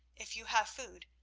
if you have food,